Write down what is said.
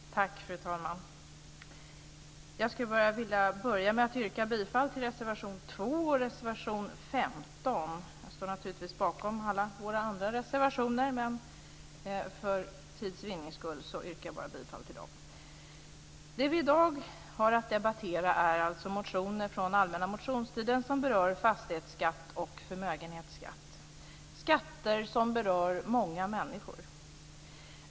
Fru talman! Jag skulle vilja börja med att yrka bifall till reservation 2 och reservation 15. Jag står naturligtvis bakom alla våra andra reservationer, men för tids vinnande yrkar jag bifall bara till dessa. Det vi i dag har att debattera är alltså motioner från den allmänna motionstiden som berör fastighetsskatt och förmögenhetsskatt. Det är skatter som berör många människor.